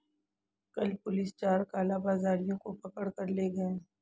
कल पुलिस चार कालाबाजारियों को पकड़ कर ले गए